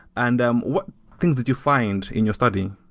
and um what things that you find in your study?